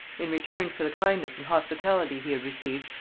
in return for the kindness and hospitality he had received,